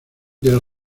del